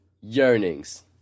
yearnings